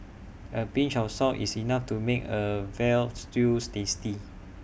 A pinch of salt is enough to make A Veal Stews tasty